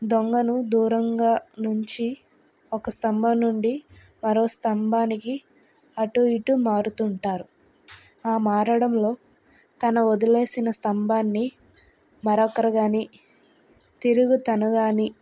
దొంగను దూరంగా ఉంచి ఒక స్తంభం నుండి మరో స్తంభానికి అటు ఇటు మారుతుంటారు ఆ మారడంలో తన వదిలేసిన స్తంభాన్ని మరొకరు కాని తిరుగుతను కాని